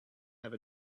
have